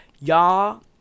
Y'all